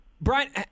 Brian